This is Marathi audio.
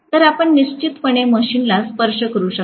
तर आपण निश्चितपणे मशीनला स्पर्श करू शकता